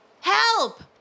help